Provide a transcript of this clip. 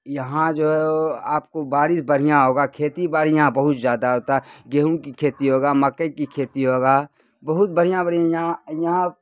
یہاں جو ہے آپ کو بارش بڑھیاں ہوگا کھیتی بڑھیاں بہت زیادہ ہوتا ہے گیہوں کی کھیتی ہوگا مکئی کی کھیتی ہوگا بہت بڑھیاں بڑھیاں یہاں یہاں